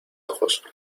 ojos